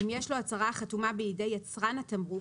אם יש לו הצהרה החתומה בידי יצרן התמרוק